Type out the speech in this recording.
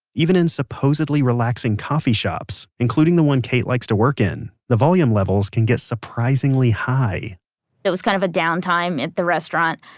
even in supposedly relaxing coffee shops, including the one kate likes to work in, the volume levels can get surprisingly high it was kind of a down time at the restaurant,